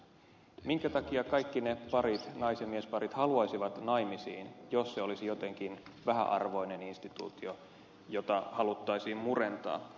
minkä takia kaikki ne parit nais ja miesparit haluaisivat naimisiin jos se olisi jotenkin vähäarvoinen instituutio jota haluttaisiin murentaa